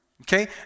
Okay